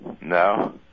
No